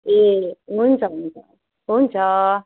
ए हुन्छ हुन्छ हुन्छ